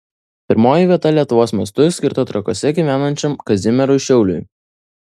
pirmoji vieta lietuvos mastu skirta trakuose gyvenančiam kazimierui šiauliui